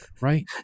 right